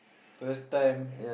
first time